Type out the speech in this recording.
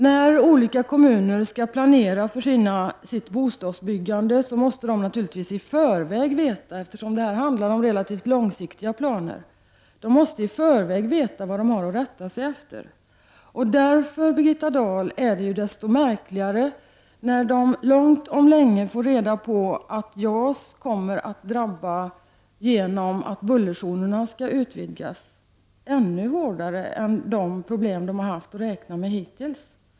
När olika kommuner skall planera för sitt bostadsbyggande måste de naturligtvis i förväg veta vad de har att rätta sig efter, eftersom det handlar om relativt långsiktiga planer. Det är därför, Birgitta Dahl, desto märkligare när de sent omsider får reda på att de genom att bullerzonerna skall utvidgas kommer att drabbas av JAS ännu hårdare än de drabbas av de problem de har haft att räkna med hittills.